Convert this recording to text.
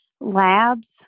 labs